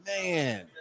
man